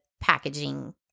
packaging